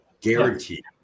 Guaranteed